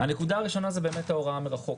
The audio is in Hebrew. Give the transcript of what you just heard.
הנקודה הראשונה זה באמת ההוראה מרחוק.